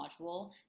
module